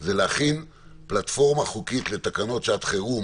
זה להכין פלטפורמה חוקית לתקנות שעת חירום,